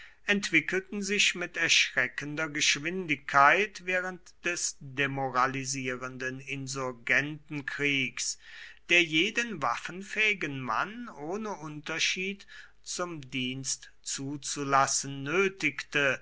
entwickelten sich mit erschreckender geschwindigkeit während des demoralisierenden insurgentenkriegs der jeden waffenfähigen mann ohne unterschied zum dienst zuzulassen nötigte